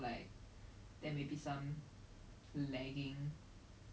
or ya ya ya ten B 是 like 整个 country 的 G_D_P